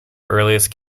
earliest